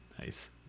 Nice